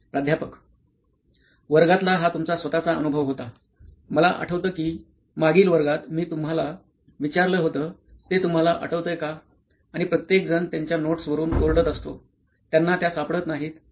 प्राध्यापक वर्गातला हा तुमचा स्वत चा अनुभव होता मला आठवत कि मागील वर्गात मी तुम्हाला विचारलं होत ते तुम्हाला आठवतंय का आणि प्रत्येकजण त्यांच्या नोट्सवरून ओरडत असतो त्यांना त्या सापडत नाहीत